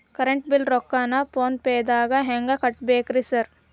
Current bill ರೊಕ್ಕಾನ ಫೋನ್ ಪೇದಾಗ ಹೆಂಗ್ ಕಟ್ಟಬೇಕ್ರಿ ಸರ್?